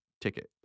ticket